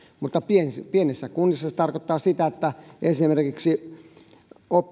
mutta pienissä pienissä kunnissa ne tarkoittavat sitä että esimerkiksi